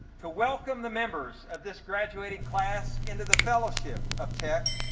to welcome the members of this graduating class into the fellowship of tech,